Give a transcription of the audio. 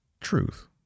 truth